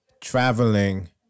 traveling